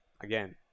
again